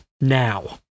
now